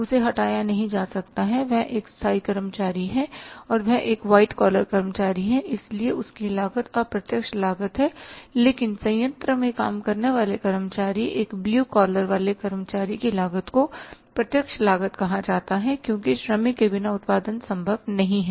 उसे हटाया नहीं जा सकता है वह एक स्थायी कर्मचारी है और वह एक वाइट कॉलर कर्मचारी है इसलिए उसकी लागत अप्रत्यक्ष लागत है लेकिन संयंत्र में काम करने वाले कर्मचारी एक ब्लू कॉलर वाले कर्मचारी की लागत को प्रत्यक्ष लागत कहा जाता है क्योंकि श्रमिक के बिना उत्पादन संभव नहीं है